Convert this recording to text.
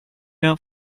out